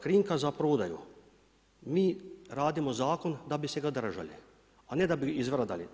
Krinka za prodaju, mi radimo zakon da bi se ga držali a ne da bi izvrdali.